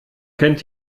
kennt